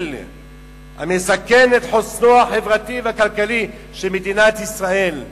המסכן את חוסנה החברתי והכלכלי של מדינת ישראל.